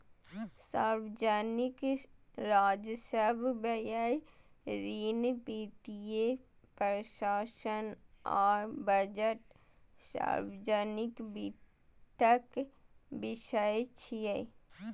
सार्वजनिक राजस्व, व्यय, ऋण, वित्तीय प्रशासन आ बजट सार्वजनिक वित्तक विषय छियै